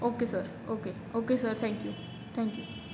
okay sir okay okay sir thank you thank you